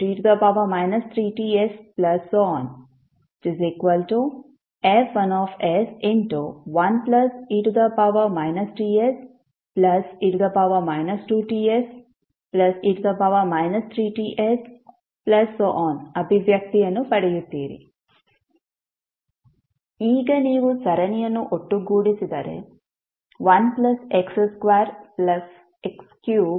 F11e Tse 2Tse 3Ts ಅಭಿವ್ಯಕ್ತಿಯನ್ನು ಪಡೆಯುತ್ತೀರಿ ಈಗ ನೀವು ಸರಣಿಯನ್ನು ಒಟ್ಟುಗೂಡಿಸಿದರೆ 1x2x3